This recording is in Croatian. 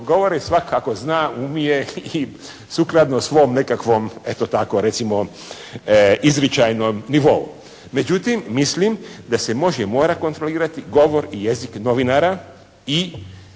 Govori svak' kako zna, umije i sukladno svom nekakvom eto tako recimo izričajnom nivou. Međutim mislim da se može i mora kontrolirati govor i jezik novinara i